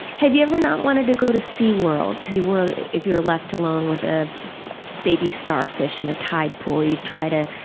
have you ever not wanted to go to sea world cause you worried if you were left alone with a baby starfish in a tide pool you'd try to,